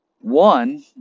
one